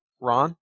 Ron